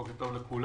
בוקר טוב לכולם.